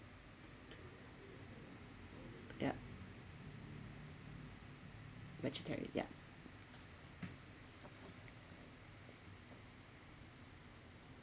yup vegetarian ya